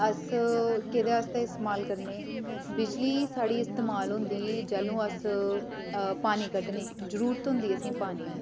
अस कैह्दे आस्तै इस्तमाल करने बिजली साढ़ी इस्तमाल होंदी जैह्लू अस पानी कड्ढने जरूरत होंदी असेंई पानी दी